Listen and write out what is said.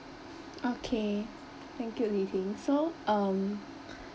okay thank you Li-Ting so um